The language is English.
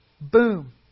Boom